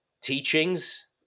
teachings